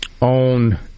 On